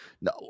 No